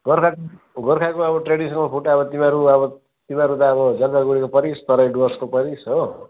गोर्खा गोर्खाको अब traditional food अब तिमीहरू अब तिमीहरू त अब जलपाइगढीको परिस् तराई डुवर्सको परिस् हो